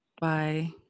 Bye